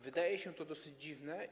Wydaje się to dosyć dziwne.